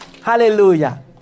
Hallelujah